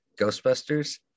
Ghostbusters